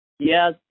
Yes